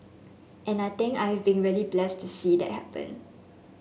and I think I've been really blessed to see that happen